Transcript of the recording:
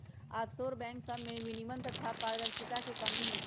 offshore bank सभमें विनियमन तथा पारदर्शिता के कमी होइ छइ